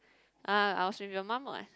uh I was with your mum [what]